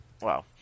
Wow